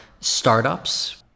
startups